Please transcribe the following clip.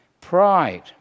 pride